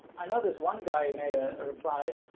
i know this one guy who made a reply